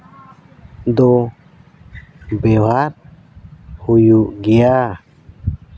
ᱫᱚ ᱵᱮᱣᱦᱟᱨ ᱦᱩᱭᱩᱜ ᱜᱮᱭᱟ